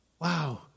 Wow